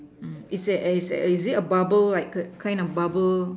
mm is there eh is a is a bubble like a kind of bubble